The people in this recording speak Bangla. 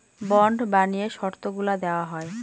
বন্ড বানিয়ে শর্তগুলা দেওয়া হয়